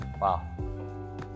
wow